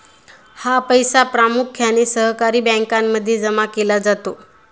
हा पैसा प्रामुख्याने सहकारी बँकांमध्ये जमा केला जातो